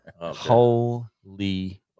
holy